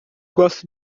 gosto